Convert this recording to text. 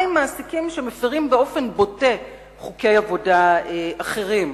מה עם מעסיקים שמפירים באופן בוטה חוקי עבודה אחרים,